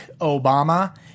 Obama